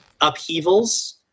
upheavals